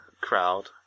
crowd